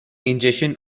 ingestion